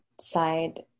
Side